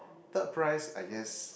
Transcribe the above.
third prize I guess